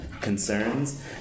concerns